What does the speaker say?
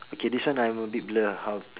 okay this one I'm be blur how to